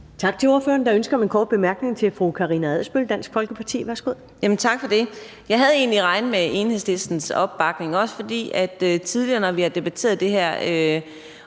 Tak til ordføreren. Der er ønske om en kort bemærkning fra fru Karina Adsbøl, Dansk Folkeparti. Værsgo. Kl. 12:31 Karina Adsbøl (DF): Tak for det. Jeg havde egentlig regnet med Enhedslistens opbakning, også fordi vi tidligere har debatteret det her